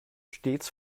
stets